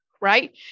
Right